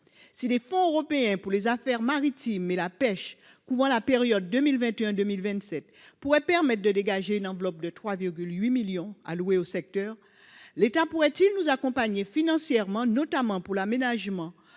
si les fonds européen pour les Affaires maritimes et la pêche, couvrant la période 2021 2027 pour permettent de dégager une enveloppe de 3 8 millions alloués au secteur, l'État pourrait-il nous accompagner financièrement, notamment pour l'aménagement